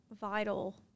vital